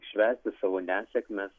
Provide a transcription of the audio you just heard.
švęsti savo nesėkmes